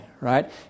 right